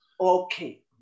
Okay